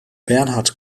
bernhard